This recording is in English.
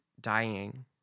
dying